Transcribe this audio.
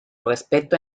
respeto